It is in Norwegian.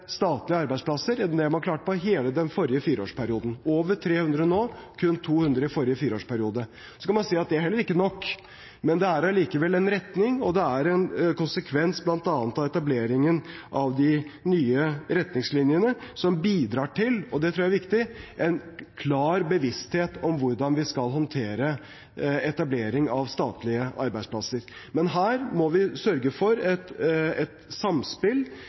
statlige arbeidsplasser enn det man klarte i hele den forrige fireårsperioden. Det er over 300 nå, mot kun 200 i forrige fireårsperiode. Så kan man si at det er heller ikke nok, men det er allikevel en retning, og det er en konsekvens bl.a. av etableringen av de nye retningslinjene, som bidrar til – og det tror jeg er viktig – en klar bevissthet om hvordan vi skal håndtere etablering av statlige arbeidsplasser. Men her må vi sørge for et samspill